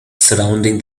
surrounding